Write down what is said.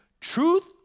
Truth